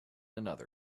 another